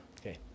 Okay